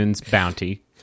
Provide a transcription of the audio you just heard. bounty